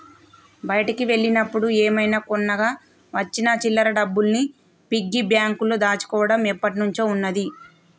బయటికి వెళ్ళినప్పుడు ఏమైనా కొనగా వచ్చిన చిల్లర డబ్బుల్ని పిగ్గీ బ్యాంకులో దాచుకోడం ఎప్పట్నుంచో ఉన్నాది